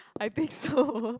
I think so